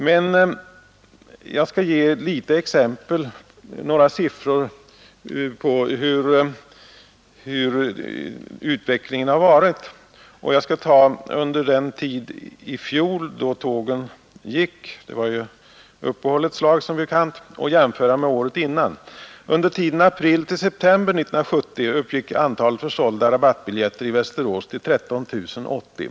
Men jag skall anföra några siffror som visar utvecklingen. De siffror jag nämner hänför sig till den tid i fjol då tågen gick — det var som bekant uppehåll ett slag — och året dessförinnan. Under tiden april-september 1970 uppgick antalet försålda rabattbiljetter i Västerås till 13 080.